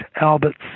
albert's